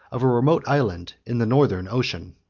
of a remote island in the northern ocean.